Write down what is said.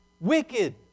Wicked